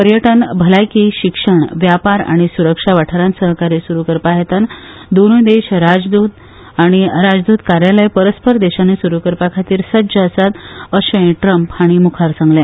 पर्यटन भलायकी शिक्षण वेपार आनी सुरक्षा वाठारांन सहकार्य सुरू करपा हेतान दोनूय देश राजद्रत आनी राजद्रत कार्यालय परस्पर देशांनी सुरू करताखातीर सज्ज आसात अर्शेय ट्रम्प हाणी मुखार सांगले